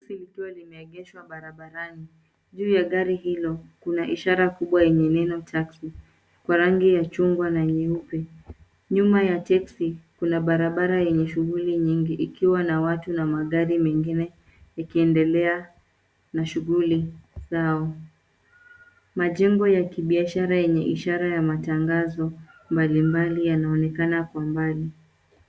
Taksi likiwa limeageshwa barabarani, juu ya gari hilo, kuna ishara kubwa yenye neno taksi, kwa rangi ya chungwa na nyeupe. Nyuma ya taksi, kuna barabara yenye shughuli nyingi ikiwa na watu na magari mengine ikiendelea na shughuli zao. Majengo ya kibiashara yenye ishara ya matangazo, mbalimbali yanaonekana kwa umbali.